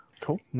Cool